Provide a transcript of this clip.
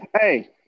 Hey